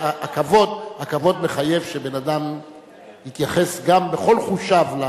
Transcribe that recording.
הכבוד מחייב שבן-אדם יתייחס בכל חושיו.